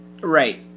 Right